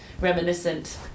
reminiscent